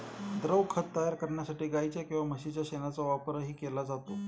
द्रवखत तयार करण्यासाठी गाईच्या किंवा म्हशीच्या शेणाचा वापरही केला जातो